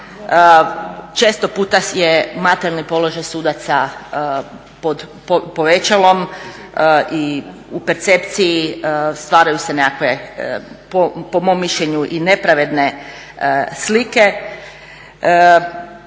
često puta je materijalni položaj sudaca pod povećalom i u percepciji stvaraju se nekakve po mom mišljenju i nepravedne slike.